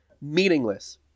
meaningless